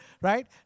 Right